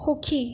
সুখী